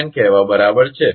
10 કહેવા બરાબર છે